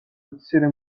მცირე